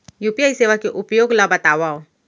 UPI सेवा के उपयोग ल बतावव?